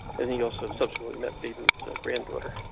he also subsequently met babe ruth's granddaughter,